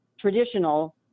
traditional